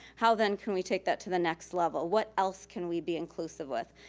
how then can we take that to the next level? what else can we be inclusive with?